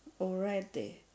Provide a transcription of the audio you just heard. already